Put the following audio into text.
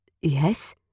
Yes